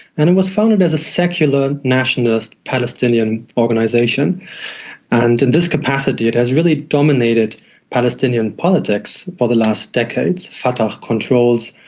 and it was founded as a secular, nationalist palestinian organisation and in this capacity it has really dominated palestinian politics for the last decades. fatah controls,